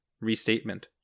restatement